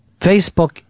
Facebook